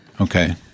Okay